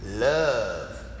Love